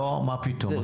לא, מה פתאום.